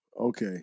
Okay